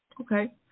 okay